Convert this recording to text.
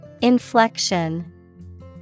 inflection